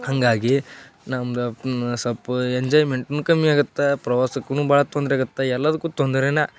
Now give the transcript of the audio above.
ಹಾಗಾಗಿ ನಮ್ದು ಸಲ್ಪ ಎಂಜಾಯ್ಮೆಂಟೂ ಕಮ್ಮಿ ಆಗುತ್ತೆ ಪ್ರವಾಸಕ್ಕೂ ಭಾಳ ತೊಂದರೆ ಆಗುತ್ತೆ ಎಲ್ಲದಕ್ಕೂ ತೊಂದ್ರೆನೇ